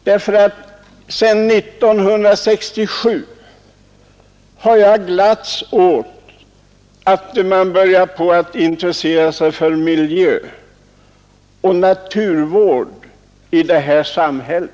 Sedan 1967 har jag glatts åt att man börjat intressera sig för miljöoch naturvård i detta samhälle.